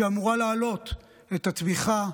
שאמורה להעלות את התמיכה,